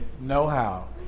know-how